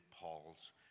Paul's